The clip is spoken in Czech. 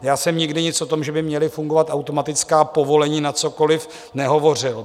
Já jsem nikdy nic o tom, že by měla fungovat automatická povolení na cokoliv, nehovořil.